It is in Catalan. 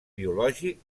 biològic